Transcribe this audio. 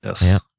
yes